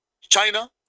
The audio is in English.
China